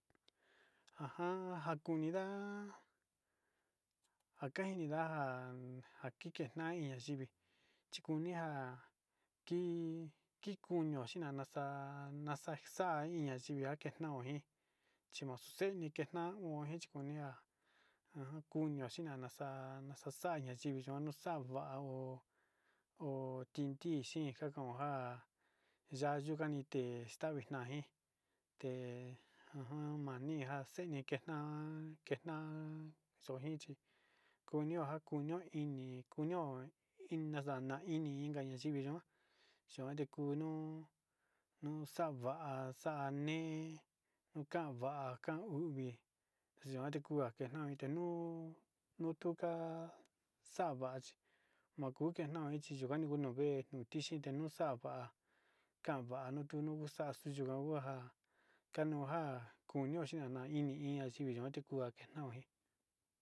Ajan njakuni nda'a njaka ini ndanja njan kike nai iin nayivi chikunea kii kikunio xhinia naxa'a naxaixa iin ñayivi ñakeja naonjin chinoxe nikena oin nechikonea ajan kunio chinana xa'a naxaxaña yivi ñonoxavaó ho hotindi xhi njakonja ya'á yukani té extavi nejin te ajan manijax xeñi kinjan kena'a xonjinchi kuñonjan kunio ini kuño ina'a xana'a ini ini nayivi yikuan chuan nde kunuu nuu xava xa'a nane nuu kanvaka nauvi xijan kuga kenaí ndenuu nutuka xavachi maku njenau yikuan niguu kunuve nutixhi ndenuxava'a kanvani tunuguu xa'a tuyukan hua kañioja kuñixhi nanai ini iin nayikuan kenojan tenoaí.